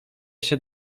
się